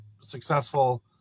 successful